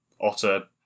otter